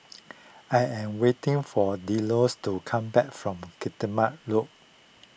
I am waiting for Dialloa to come back from Guillemard Road